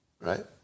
right